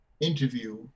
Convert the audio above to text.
interview